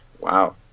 Wow